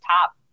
top